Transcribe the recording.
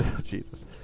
Jesus